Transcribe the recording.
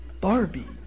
Barbie